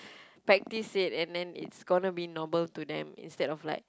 frankly said and then it's going to be normal to them instead of like